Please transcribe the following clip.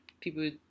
people